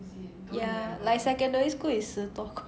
ya like secondary school is 十多块